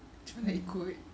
macam mana nak ikut